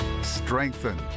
strengthen